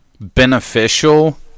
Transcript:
beneficial